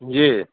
जी